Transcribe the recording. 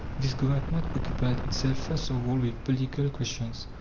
this government occupied itself first of all with political questions,